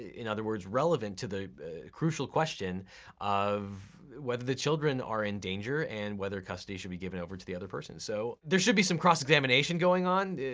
in other words relevant, to the crucial question of whether the children are in danger and whether custody should be given over to the other person. so there should be some cross examination going on.